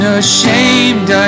ashamed